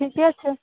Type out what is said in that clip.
ठीके छै